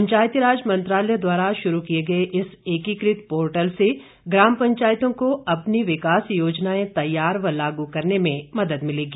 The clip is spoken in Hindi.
पंचायती राज मंत्रालय द्वारा शुरू किए गए इस एकीकृत पोर्टल से ग्राम पंचायतों को अपनी विकास योजनाएं तैयार व लागू करने में मदद मिलेगी